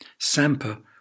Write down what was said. Sampa